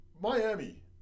Miami